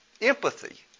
Empathy